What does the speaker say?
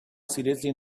seriously